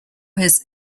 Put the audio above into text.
his